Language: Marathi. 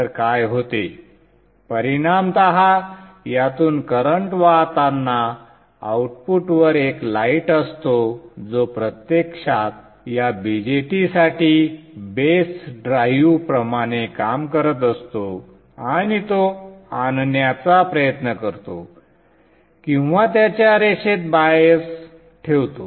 तर काय होते संदर्भ वेळ 0813 परिणामतः यातून करंट वाहताना आउटपुटवर एक लाईट असतो जो प्रत्यक्षात या BJT साठी बेस ड्राईव्ह प्रमाणे काम करत असतो आणि तो आणण्याचा प्रयत्न करतो किंवा त्याच्या रेषेत बायस ठेवतो